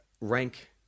rank